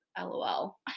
lol